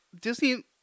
Disney